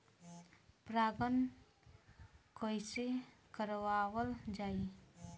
परागण कइसे करावल जाई?